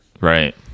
right